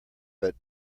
but